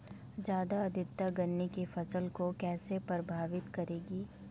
ज़्यादा आर्द्रता गन्ने की फसल को कैसे प्रभावित करेगी?